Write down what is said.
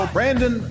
Brandon